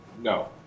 No